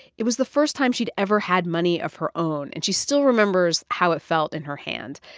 it was the first time she'd ever had money of her own, and she still remembers how it felt in her hand.